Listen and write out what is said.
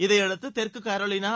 இதையடுத்து தெற்கு கரோலினா